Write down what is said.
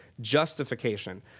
Justification